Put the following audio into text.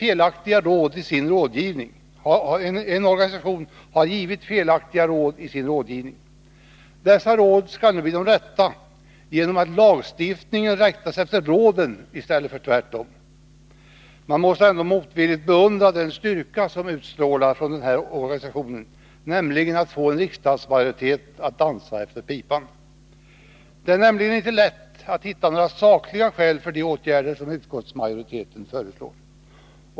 En organisation har givit felaktiga råd i sin rådgivning. Dessa råd skall nu bli de rätta genom att lagstiftningen rättas efter råden i stället för tvärtom. Man måste ändå motvilligt beundra den styrka som utstrålar från den aktuella organisationen, nämligen att den kan få en riksdagsmajoritet att dansa efter sin pipa. Det är nämligen inte lätt att hitta några sakliga skäl för de åtgärder som utskottsmajoriteten föreslår.